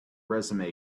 resume